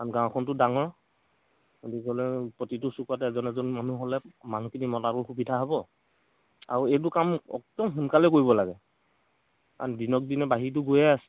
কাৰণ গাঁওখনতো ডাঙৰ গতিকে প্ৰতিটো চুকত এজন এজন মানুহ হ'লে মানুহখিনি মতাটো সুবিধা হ'ব আৰু এইটো কাম একদম সোনকালেই কৰিব লাগে কাৰণ দিনক দিনে বাঢ়িটো গৈয়ে আছে